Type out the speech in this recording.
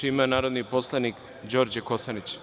Reč ima narodni poslanik Đorđe Kosanić.